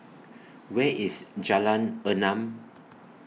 Where IS Jalan Enam